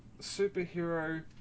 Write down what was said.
superhero